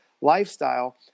lifestyle